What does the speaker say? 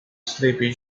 sleepy